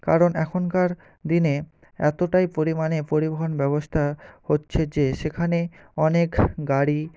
কারণ এখনকার দিনে এতটাই পরিমাণে পরিবহন ব্যবস্থা হচ্ছে যে সেখানে অনেক গাড়ি